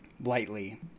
lightly